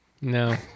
No